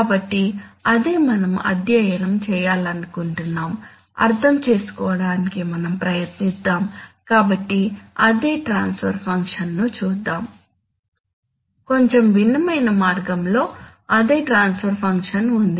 కాబట్టి అదే మనం అధ్యయనం చేయాలనుకుంటున్నాము అర్థం చేసుకోవడానికి మనం ప్రయత్నిద్దాం కాబట్టి అదే ట్రాన్స్ఫర్ ఫంక్షన్ను చూద్దాం కొంచెం భిన్నమైన మార్గంలో అదే ట్రాన్స్ఫర్ ఫంక్షన్ ఉంది